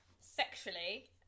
Sexually